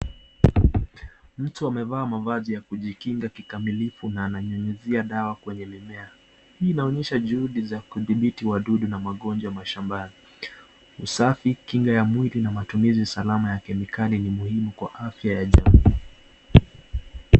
Mtu amevaa mavazi ya kujikinga kikamilifu na ananyunyuzia dawa kwenye mimea. Hii inaonyesha juhudi ya kudhibiti wadudu na magonjwa mashambani. Usafi, kinga ya mwili na matumizi salama ya kemikali ni muhumu kwa afya ya jamii.